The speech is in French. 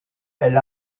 elle